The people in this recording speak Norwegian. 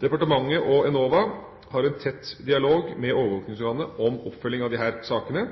Departementet og Enova har en tett dialog med overvåkningsorganet om oppfølging av disse sakene.